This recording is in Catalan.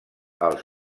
als